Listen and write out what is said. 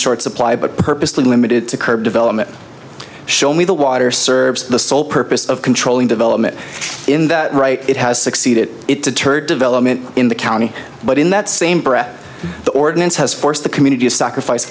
short supply but purposely limited to curb development show me the water serves the sole purpose of controlling development in that right it has succeeded it deterred development in the county but in that same breath the ordinance has forced the community of sacrifice